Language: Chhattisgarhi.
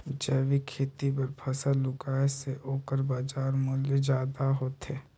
जैविक खेती बर फसल उगाए से ओकर बाजार मूल्य ज्यादा होथे